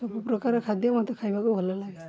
ସବୁପ୍ରକାରର ଖାଦ୍ୟ ମୋତେ ଖାଇବାକୁ ଭଲ ଲାଗେ